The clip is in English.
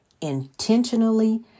intentionally